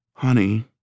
Honey